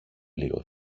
λίγο